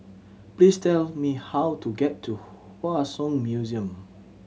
please tell me how to get to Hua Song Museum